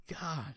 god